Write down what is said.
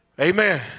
Amen